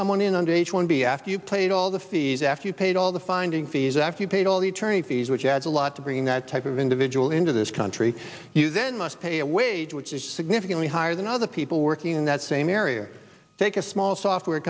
someone in under age one be after you played all the fees after you paid all the finding fees after you paid all the tourney fees which adds a lot to bring that type of individual into this country you then must pay a wage which is significantly higher than other people working in that same area or take a small software